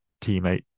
teammate